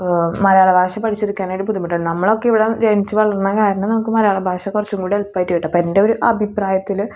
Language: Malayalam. മലയാള ഭാഷ പഠിച്ചെടുക്കാനായിട്ട് ബുദ്ധിമുട്ടാണ് നമ്മളൊക്കെ ഇവിടെ ജനിച്ച് വളർന്ന കാരണം നമുക്ക് മലയാള ഭാഷ കുറച്ചും കൂടി എളുപ്പമായിട്ട് കിട്ടും അപ്പം എൻ്റൊരു അഭിപ്രായത്തിൽ